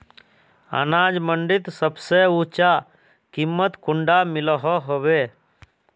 अनाज मंडीत सबसे ऊँचा कीमत कुंडा मिलोहो होबे?